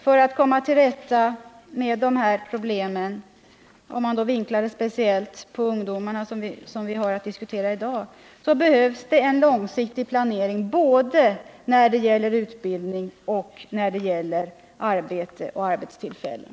För att komma till rätta med de här problemen — speciellt för ungdomar, som vi diskuterar i dag — behövs det en långsiktig planering både när det gäller utbildning och när det gäller arbete och arbetstillfällen.